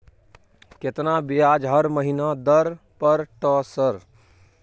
केतना ब्याज हर महीना दल पर ट सर?